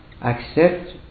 accept